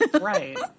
Right